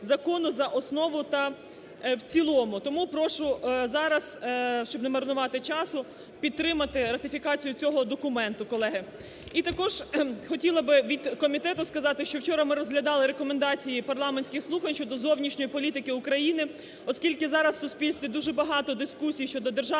Закону за основу та в цілому. Тому прошу зараз, щоб не марнувати часу підтримати ратифікацію цього документу, колеги. І також хотіла би від комітету сказати, що вчора ми розглядали рекомендації парламентських слухань щодо зовнішньої політики України, оскільки зараз у суспільстві дуже багато дискусій щодо державної